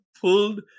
Pulled